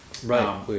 Right